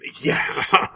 Yes